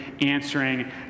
answering